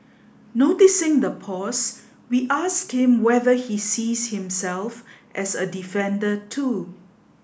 noticing the pause we asked him whether he sees himself as a defender too